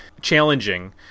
challenging